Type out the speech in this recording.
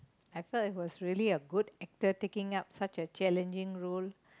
I felt it was really a good actor taking up such a challenging role